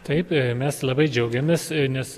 taip mes labai džiaugiamės nes